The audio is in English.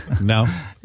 No